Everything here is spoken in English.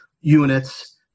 units